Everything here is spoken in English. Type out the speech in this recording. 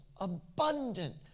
abundant